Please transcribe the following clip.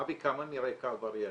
אבי, כמה מרקע עברייני?